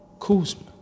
Kuzma